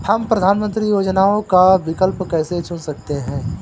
हम प्रधानमंत्री योजनाओं का विकल्प कैसे चुन सकते हैं?